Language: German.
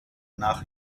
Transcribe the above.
nach